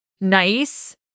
nice